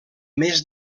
més